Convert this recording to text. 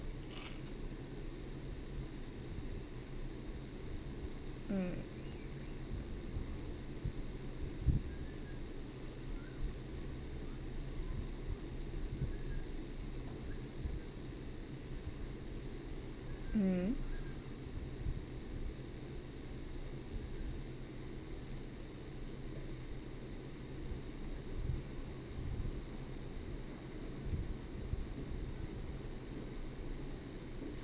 mm mm